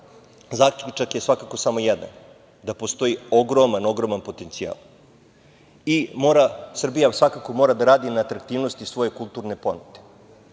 zaključak je svakako samo jedan, da postoji ogroman potencijal. Srbija svakako mora da radi na atraktivnosti svoje kulturne